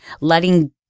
letting